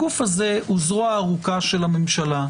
הגוף הזה הוא זרוע הארוכה של הממשלה.